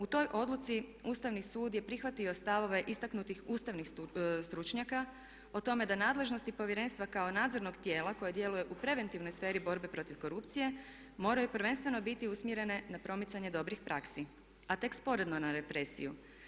U toj odluci Ustavni sud je prihvatio stavove istaknutih ustavnih stručnjaka o tome da nadležnosti povjerenstva kao nadzornog tijela koje djeluje u preventivnoj sferi borbe protiv korupcije moraju prvenstveno biti usmjerene na promicanje dobrih praksi, a tek sporedno na represiju.